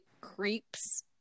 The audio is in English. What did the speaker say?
creeps